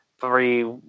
three